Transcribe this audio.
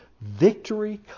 Victory